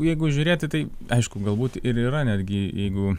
jeigu žiūrėt į tai aišku galbūt ir yra netgi jeigu